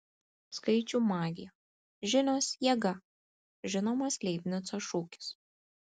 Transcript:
skaičių magija žinios jėga žinomas leibnico šūkis